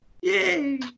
Yay